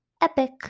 epic